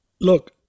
Look